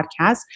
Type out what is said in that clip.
Podcast